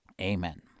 Amen